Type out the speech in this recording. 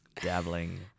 Dabbling